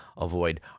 avoid